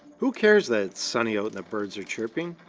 who cares that it's sunny out and the birds are chirping?